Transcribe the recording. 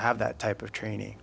have that type of training